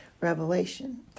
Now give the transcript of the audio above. Revelation